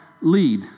lead